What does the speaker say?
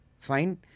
fine